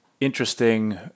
interesting